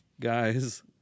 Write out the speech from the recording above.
guys